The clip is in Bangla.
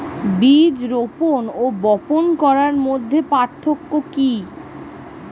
বীজ রোপন ও বপন করার মধ্যে পার্থক্য কি?